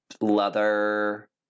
leather